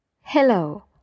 Hello